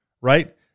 right